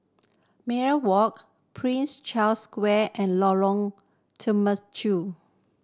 Minaret Walk Prince Charles Square and Lorong